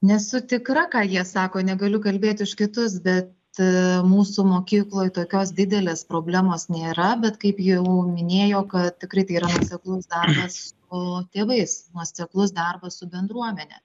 nesu tikra ką jie sako negaliu kalbėti už kitus bet mūsų mokykloj tokios didelės problemos nėra bet kaip jau minėjo kad tikrai tai yra nuoseklus darbas o tėvais nuoseklus darbas su bendruomene